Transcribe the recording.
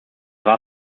war